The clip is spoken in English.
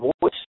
voice